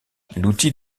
l’outil